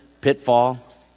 Pitfall